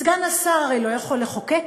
סגן השר הרי לא יכול לחוקק,